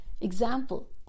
example